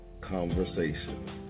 conversation